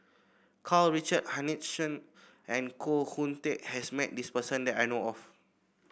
Karl Richard Hanitsch and Koh Hoon Teck has met this person that I know of